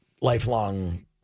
lifelong